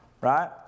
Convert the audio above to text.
right